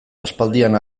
aspaldian